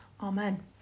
Amen